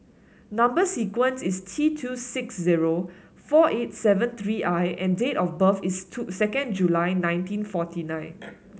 number sequence is T two six zero four eight seven three I and date of birth is two second July nineteen forty nine